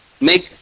make